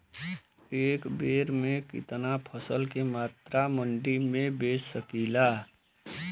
एक बेर में कितना फसल के मात्रा मंडी में बेच सकीला?